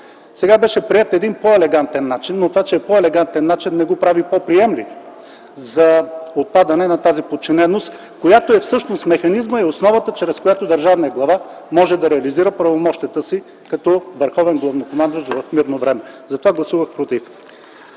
Сега беше приет един по-елегантен начин, но това че е по-елегантен, не го прави по-приемлив – за отпадане на тази подчиненост, представляваща всъщност механизмът и основата, чрез която държавният глава може да реализира правомощията си като върховен главнокомандващ в мирно време. Затова гласувах „против”.